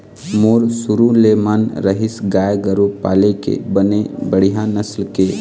मोर शुरु ले मन रहिस गाय गरु पाले के बने बड़िहा नसल के